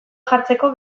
jartzeko